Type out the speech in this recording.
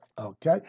okay